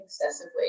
excessively